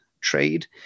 trade